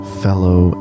fellow